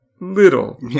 little